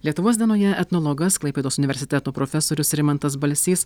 lietuvos dienoje etnologas klaipėdos universiteto profesorius rimantas balsys